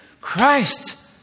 Christ